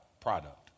product